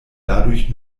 dadurch